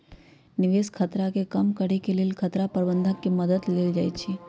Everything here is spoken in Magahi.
निवेश खतरा के कम करेके लेल खतरा प्रबंधन के मद्दत लेल जाइ छइ